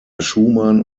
schumann